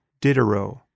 Diderot